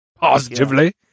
positively